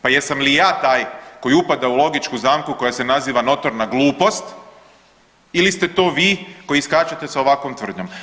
Pa jesam li ja taj koji upada u logičku zamku koja se naziva notorna glupost ili ste to vi koji iskačete sa ovakvom tvrdnjom.